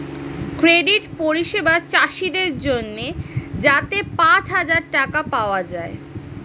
credit পরিষেবা চাষীদের জন্যে যাতে পাঁচ হাজার টাকা পাওয়া যায়